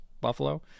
Buffalo